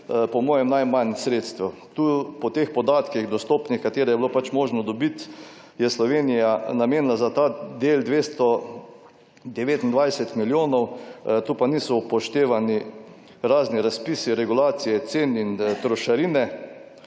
po mojem najmanj sredstev. Po teh podatkih dostopnih, katere je bilo pač možno dobiti, je Slovenija namenila za ta del 229 milijonov, tu pa niso upoštevani razni razpisi, regulacije cen in trošarine.